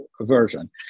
version